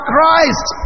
Christ